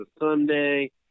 Sunday